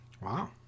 Wow